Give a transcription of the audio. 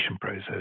process